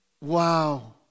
Wow